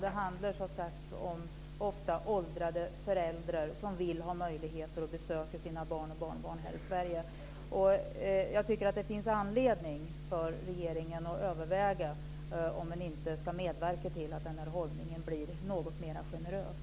Det handlar som sagt ofta om åldrade föräldrar som vill besöka sina barn och barnbarn här i Sverige. Jag tycker att det finns anledning för regeringen att överväga om man inte ska medverka till att den här hållningen blir något mer generös.